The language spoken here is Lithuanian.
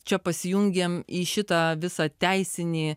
čia pasijungiam į šitą visą teisinį